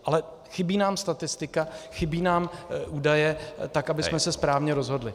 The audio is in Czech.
Ale chybí nám statistika, chybí nám údaje, tak abychom se správně rozhodli.